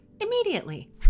immediately